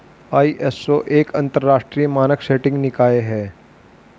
ISO एक अंतरराष्ट्रीय मानक सेटिंग निकाय है